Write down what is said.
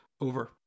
Over